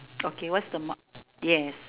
okay what's the mom yes